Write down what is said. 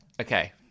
Okay